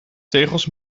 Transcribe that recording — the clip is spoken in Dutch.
tegels